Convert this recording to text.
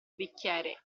bicchiere